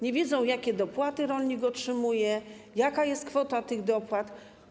Nie wiedzą, jakie dopłaty rolnik otrzymuje, jaka jest kwota tych dopłat.